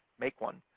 make one.